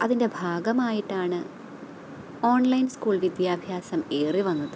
അതിൻ്റെ ഭാഗമായിട്ടാണ് online school വിദ്യാഭ്യാസം ഏറിവന്നത്